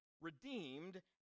redeemed